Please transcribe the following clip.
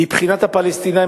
מבחינת הפלסטינים,